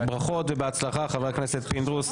ברכות ובהצלחה, חבר הכנסת פינדרוס.